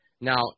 Now